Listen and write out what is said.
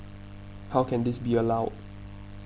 how can this be allowed